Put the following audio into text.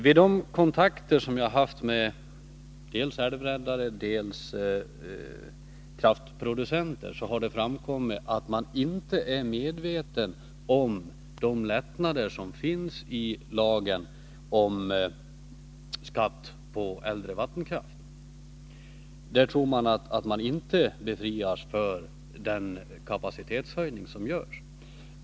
Vid de kontakter som jag har haft med dels älvräddare, dels kraftproducenter har det framkommit att man inte är medveten om de lättnader som finns i lagen om skatt på äldre vattenkraft. De tror att man inte befrias från den kapacitetshöjning som görs.